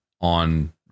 on